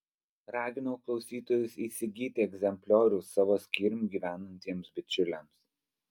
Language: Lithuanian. raginau klausytojus įsigyti egzempliorių savo skyrium gyvenantiems bičiuliams